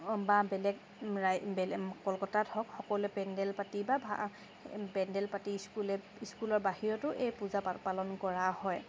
বা বেলেগ বেলেগ ৰা কলকতা হওক সকলোৱে পেণ্ডেল পাতি বা পেণ্ডেল পাতি স্কুলে স্কুলৰ বাহিৰতো এই পূজা পালন কৰা হয়